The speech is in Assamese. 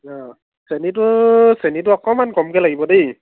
অঁ চেনীটো চেনীটো অকণমান কমকৈ লাগিব দেই